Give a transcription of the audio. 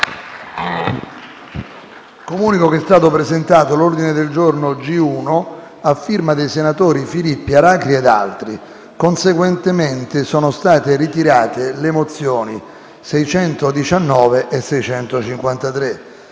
Comunico che è stato presentato l'ordine del giorno G1, dai senatori Filippi, Aracri ed altri. Conseguentemente sono state ritirate le mozioni nn. 619 e 653.